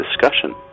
discussion